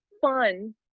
fun